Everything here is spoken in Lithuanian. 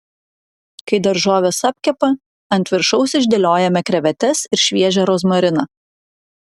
kai daržovės apkepa ant viršaus išdėliojame krevetes ir šviežią rozmariną